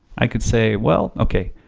i could say, well, okay,